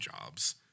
jobs